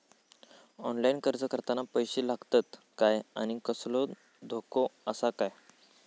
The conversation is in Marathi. ऑनलाइन अर्ज करताना पैशे लागतत काय आनी कसलो धोको आसा काय?